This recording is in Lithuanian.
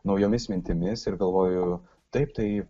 naujomis mintimis ir galvoju taip tai